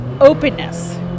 openness